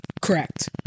Correct